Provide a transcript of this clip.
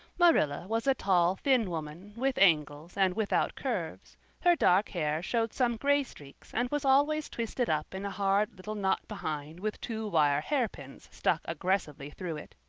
marilla was a tall, thin woman, with angles and without curves her dark hair showed some gray streaks and was always twisted up in a hard little knot behind with two wire hairpins stuck aggressively through it.